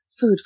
food